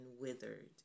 withered